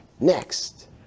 next